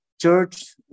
church